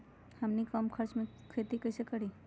हमनी कम खर्च मे खेती कई से करी?